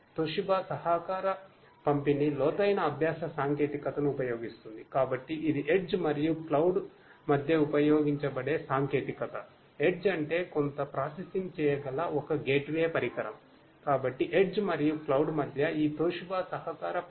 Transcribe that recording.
Toshiba పరికరం